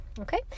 Okay